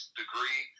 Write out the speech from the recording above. degree